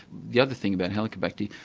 the other thing about helicobacter,